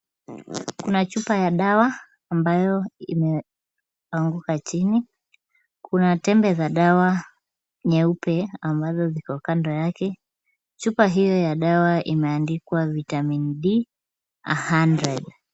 Kuna chupa ya dawa ambayo imeanguka chini , kuna tembe za dawa nyeupe ambazo ziko kando yake, chupa hiyo ya dawa imeandikwa vitamin D 100 .